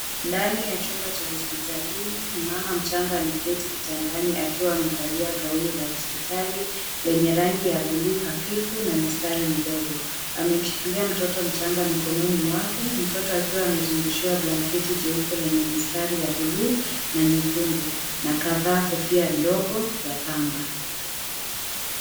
Ndani ya chumba cha hospitalini mama mchanga ameketi kitandani akiwa amevalia gauni la hospitali lenye rangi ya buluu hafifu na mistari midogo. Ameshikilia mtoto mchanga mikononi mwake mtoto akiwa amezungushiwa blanketi jeupe lenye mistari ya buluu na nyekundu na akavaa kofia ndogo ya pamba.